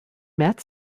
met